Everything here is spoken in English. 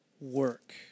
work